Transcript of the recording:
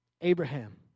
Abraham